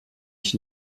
ich